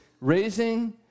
Raising